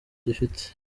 gifite